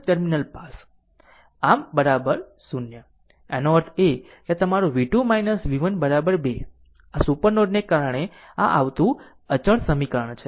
આમ 0 આનો અર્થ એ કે તમારું v2 v1 2 આ સુપર નોડ ને કારણે આવતું અચળ સમીકરણ છે